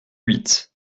huit